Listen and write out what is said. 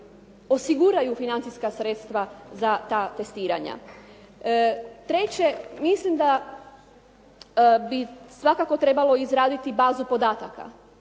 osiguraju financijska sredstva za ta testiranja. Treće, mislim da bi svakako trebalo izraditi bazu podataka,